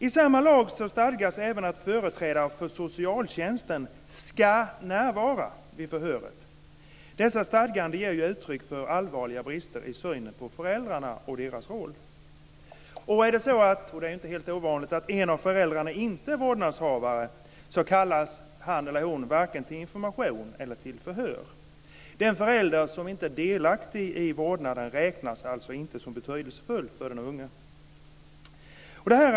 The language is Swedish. I samma lag stadgas även att företrädare för socialtjänten ska närvara vid förhöret. Dessa stadganden ger uttryck för allvarliga brister i synen på föräldrarna och deras roll. Är det så - och det är inte helt ovanligt - att en av föräldrarna inte är vårdnadshavare så kallas han eller hon varken till information eller till förhör. Den förälder som inte är delaktig i vårdnaden betraktas alltså inte som betydelsefull för den unge.